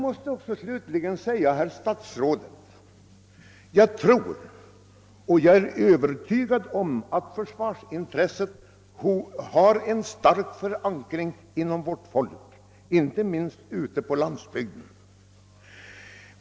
Jag är övertygad om att försvarsintresset har en stark förankring hos vårt folk, inte minst på landsbygden.